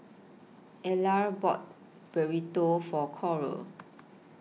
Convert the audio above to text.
Ellar bought Burrito For Coral